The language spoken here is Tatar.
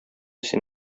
син